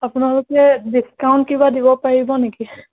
আপোনালোকে ডিচকাউণ্ট কিবা দিব পাৰিব নেকি